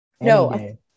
No